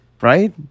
right